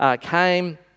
came